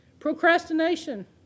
Procrastination